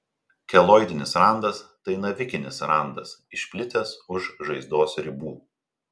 keloidinis randas tai navikinis randas išplitęs už žaizdos ribų